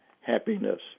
happiness